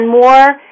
more